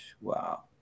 Wow